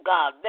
God